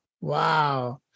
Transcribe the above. Wow